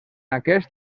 aquest